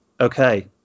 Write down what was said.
Okay